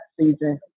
season